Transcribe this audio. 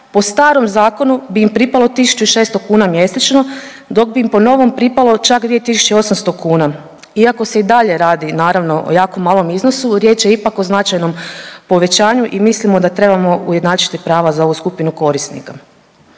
po starom zakonu bi im pripalo 1.600 kuna mjesečno, dok bi im po novom pripalo čak 2.800 kuna. Iako se i dalje radi naravno o jako malom iznosu riječ je ipak o značajnom povećanju i mislimo da trebamo ujednačiti prava za ovu skupinu korisnika.